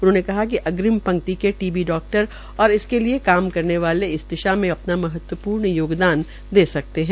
उन्होंने कहा कि अग्रिम पंक्ति के टीबी डाक्टर और इसके लिये काम करने वाले इस दिशा में अपना महत्वपूर्ण योगदान दे सकते है